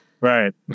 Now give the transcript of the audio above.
Right